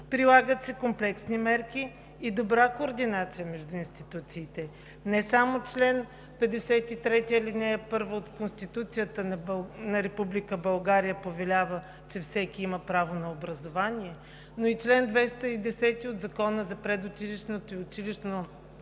прилагат се комплексни мерки и добра координация между институциите. Не само чл. 53, ал. 1 от Конституцията на Република България повелява, че всеки има право на образование, но и чл. 210 от Закона за предучилищното и училищното